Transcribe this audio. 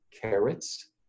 carrots